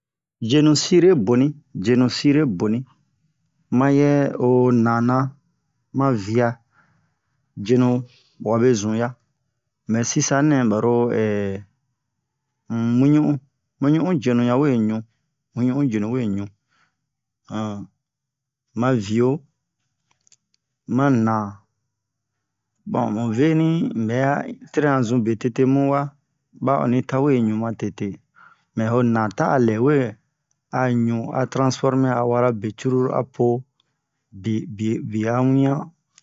jenu sire boni jenu sire boni ma hɛ o nana ma via jenu wabe zun ya mɛ sisanɛ baro muɲu u muɲu u jenu ya we ɲu muɲu u we ɲu ma vio ma na bon mu veni um bɛ a terena zun be tete mu wa ba oni ta we ɲu ma tete mɛ ho na ta a lɛ we a ɲu a transformer a wara be cruru apo bi bi bia wian